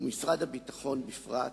ומשרד הביטחון בפרט